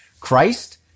Christ